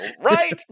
right